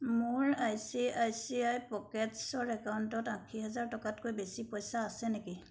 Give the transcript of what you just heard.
মোৰ I C I C I পকেটছ্ৰ একাউণ্টত আশী হাজাৰ টকাতকৈ বেছি পইচা আছে নেকি